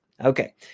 Okay